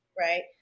right